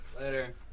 Later